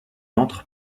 entre